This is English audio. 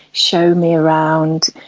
show me around,